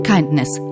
Kindness